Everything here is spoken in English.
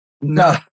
No